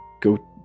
go